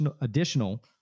additional